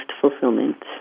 fulfillment